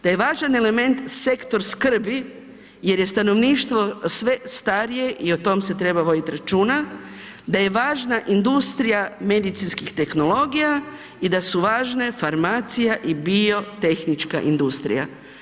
Da je važan element sektor skrbi jer je stanovništvo sve starije i o tome se treba voditi računa, da je važna industrija medicinskih tehnologija i da su važne farmacija i biotehnička industrija.